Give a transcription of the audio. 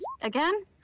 again